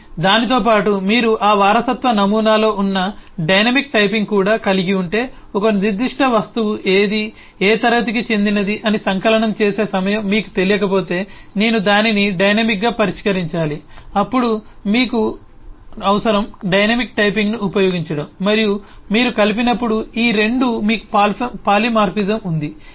కానీ దానితో పాటు మీరు ఆ వారసత్వ నమూనాలో ఉన్న డైనమిక్ టైపింగ్ కూడా కలిగి ఉంటే ఒక నిర్దిష్ట వస్తువు ఏది ఏ తరగతికి చెందినది అని సంకలనం చేసే సమయం మీకు తెలియకపోతే నేను దానిని డైనమిక్గా పరిష్కరించాలి అప్పుడు మీకు అవసరం డైనమిక్ టైపింగ్ను ఉపయోగించడం మరియు మీరు కలిపినప్పుడు ఈ 2 మీకు పాలిమార్ఫిజం ఉంది